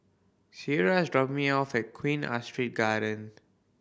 Ciera is dropping me off at Queen Astrid Garden